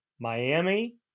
Miami